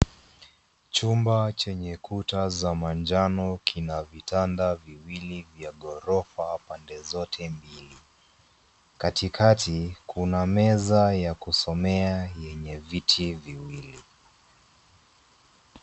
Chumba chenye kuta za manjano kina vitanda viwili vya ghorofa pande zote mbili. Katikati kuna meza ya kusomea yenye viti viwili.